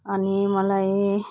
अनि मलाई